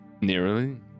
Nearly